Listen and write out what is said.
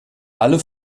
alle